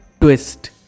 twist